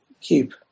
keep